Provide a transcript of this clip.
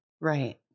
Right